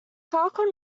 falcon